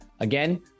Again